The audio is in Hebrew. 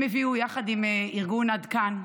הם הביאו, יחד עם ארגון עד כאן,